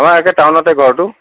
অ' একে টাউনতে ঘৰটো